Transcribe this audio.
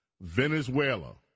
Venezuela